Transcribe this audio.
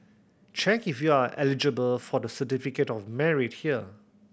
check if you are eligible for the Certificate of Merit here